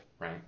right